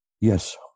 Yes